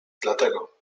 dlatego